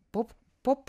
pop pop